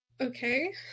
okay